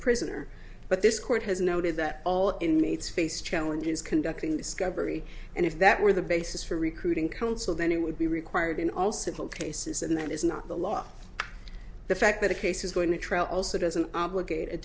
prisoner but this court has noted that all inmates face challenges conducting discovery and if that were the basis for recruiting counsel then he would be required in all civil cases and that is not the law the fact that a case is going to trial also doesn't obligate